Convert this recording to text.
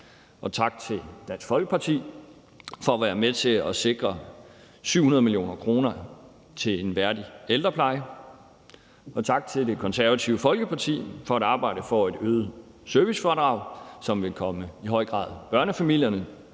Tak til Dansk Folkeparti for at være med til at sikre 700 mio. kr. til en værdig ældrepleje, og tak til Det Konservative Folkeparti for at arbejde for et øget servicefradrag, som i høj grad vil komme børnefamilierne